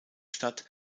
statt